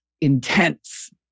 intense